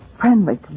friendly